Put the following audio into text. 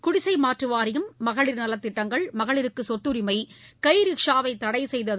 குடிசை மாற்று வாரியம் மகளிர் நலத் திட்டங்கள் மகளிருக்கு சொத்தரிமை கை ரிக்ஷா வை தடை செய்தது